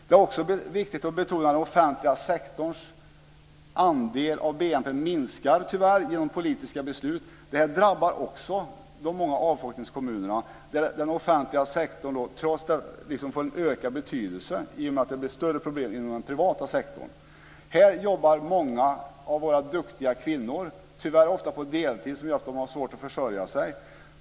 Det är också viktigt att betona att om den offentliga sektorns andel av BNP minskar genom politiska beslut drabbar det också de många avfolkningskommunerna, där den offentliga sektorn trots det får en ökad betydelse i och med att det blir större problem inom den privata sektorn. Här jobbar många av våra duktiga kvinnor, tyvärr ofta på deltid, vilket gör att de har svårt att försörja sig.